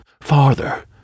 farther